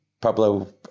Pablo